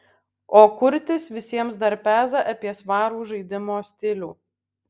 o kurtis visiems dar peza apie svarų žaidimo stilių